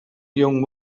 young